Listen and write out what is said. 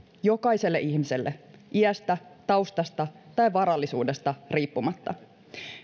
jokaiselle ihmiselle iästä taustasta tai varallisuudesta riippumatta